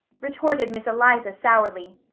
retorted miss eliza sourly,